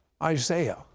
Isaiah